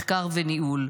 מחקר וניהול.